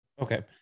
Okay